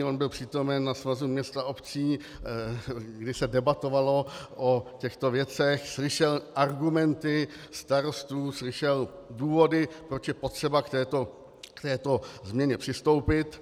On byl přítomen na Svazu měst a obcí, kdy se debatovalo o těchto věcech, slyšel argumenty starostů, slyšel důvody, proč je potřeba k této změně přistoupit.